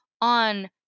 on